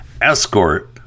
escort